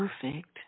perfect